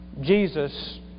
Jesus